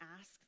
ask